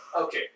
okay